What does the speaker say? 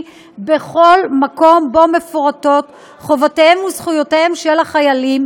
בכל מקום שבו מפורטות חובותיהם וזכויותיהם של החיילים,